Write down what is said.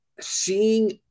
seeing